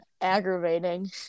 aggravating